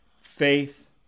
faith